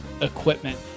equipment